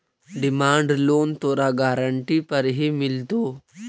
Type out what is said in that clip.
demand loan तोरा guarantee पर ही मिलतो